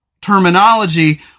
terminology